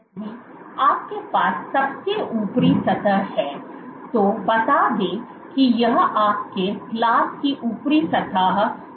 यदि आपके पास सबसे ऊपरी सतह है तो बता दें कि यह आपके ग्लास की ऊपरी सतह को कवर करता है